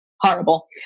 Horrible